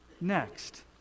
next